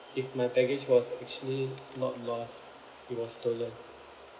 if my baggage was actually not lost it was stolen